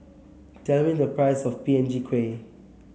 tell me the price of P N G Kueh